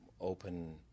open